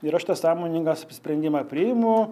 ir aš tą sąmoningas sprendimą priimu